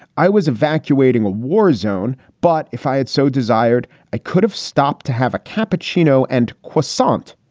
i was evacuating a war zone, but if i had so desired, i could have stopped to have a cappuccino and croissant.